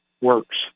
Works